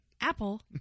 Apple